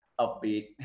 upbeat